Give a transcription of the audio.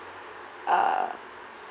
uh